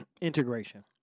integration